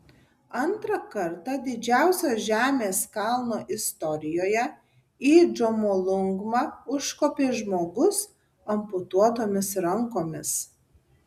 antrą kartą didžiausios žemės kalno istorijoje į džomolungmą užkopė žmogus amputuotomis rankomis